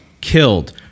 killed